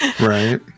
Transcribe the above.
Right